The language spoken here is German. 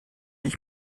ich